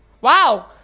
Wow